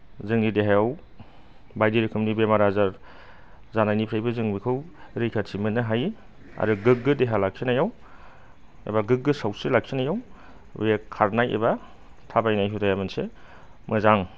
जोंनि देहायाव बायदि रोखोमनि बेमार आजार जानायनिफ्रायबो जों बेखौ रैखाथि मोननो हायो आरो गोग्गो देहा लाखिनायाव एबा गोग्गो सावस्रि लाखिनायाव बे खारनाय एबा थाबायनाय हुदाया मोनसे मोजां